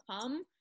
come